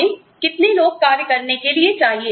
हमें कितने लोग कार्य करने के लिए चाहिए